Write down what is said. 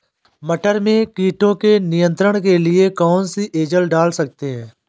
मटर में कीटों के नियंत्रण के लिए कौन सी एजल डाल सकते हैं?